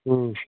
ꯎꯝ